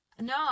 No